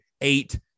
eight